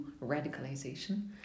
radicalization